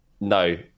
No